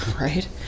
Right